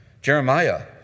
Jeremiah